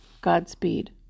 Godspeed